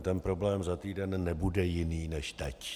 Ten problém za týden nebude jiný než teď.